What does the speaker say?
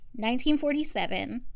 1947